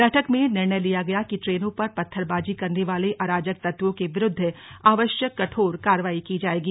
बैठक में निर्णय लिया गया कि ट्रेनों पर पत्थरबाजी करने वाले अराजक तत्वों के विरुद्ध आवश्यक कठोर कार्रवाई की जाएगी